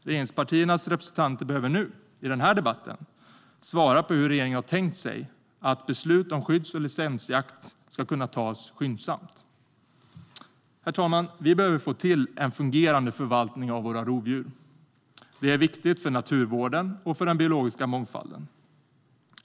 Regeringspartiernas representanter behöver nu, i den här debatten, svara på hur regeringen har tänkt sig att beslut om skydds och licensjakt ska kunna tas skyndsamt. Herr talman! Vi behöver få till en fungerande förvaltning av våra rovdjur. Det är viktigt för naturvården och för den biologiska mångfalden.